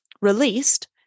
released